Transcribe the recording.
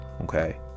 okay